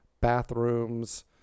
bathrooms